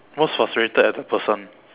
most frustrated at a person